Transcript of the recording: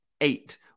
eight